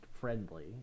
friendly